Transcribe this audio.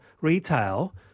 retail